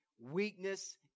Weakness